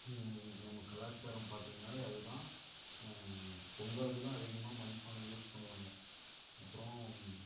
நம்ம கலாச்சாரம் பார்த்தீங்கன்னாவே அது தான் பொங்கலுக்கு தான் அதிகமாக மண் பானை யூஸ் பண்ணுவாங்க அப்புறம்